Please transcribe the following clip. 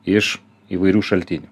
iš įvairių šaltinių